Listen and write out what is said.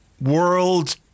world